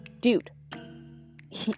dude